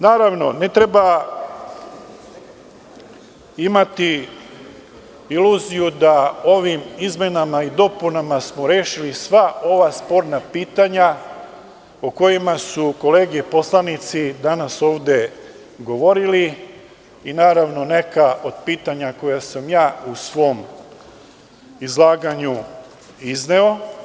Naravno, ne treba imati iluziju da ovim izmenama i dopunama smo rešili sva ova sporna pitanja o kojima su kolege poslanici danas ovde govorili i naravno neka od pitanja koje sam ja u svom izlaganju izneo.